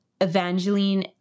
Evangeline